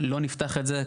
לא נפתח את זה.